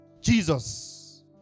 Jesus